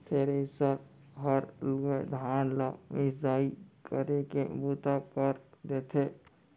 thresher हर लूए धान ल मिसाई करे के बूता कर देथे